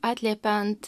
atliepia ant